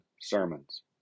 sermons